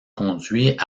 conduit